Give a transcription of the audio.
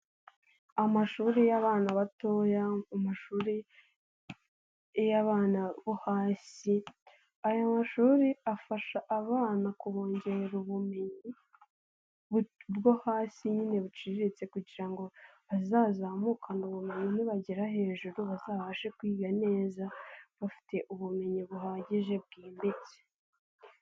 Amashuri y'abana batoya mu mashuri y'abana bo hasi. Ayo mashuri afasha abana kubongerera ubumenyi bwo hasi nyine buciriritse kugira ngo bazazamukane ubumenyi. Nibagera hejuru bazabashe kwiga neza bafite ubumenyi buhagije bwimbitse.